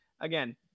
again